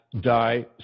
die